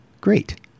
great